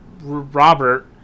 Robert